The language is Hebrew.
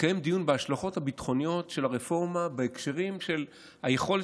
לקיים דיון בהשלכות הביטחוניות של הרפורמה בהקשרים של היכולת